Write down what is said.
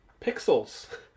Pixels